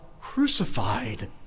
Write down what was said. Crucified